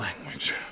language